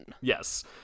yes